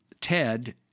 Ted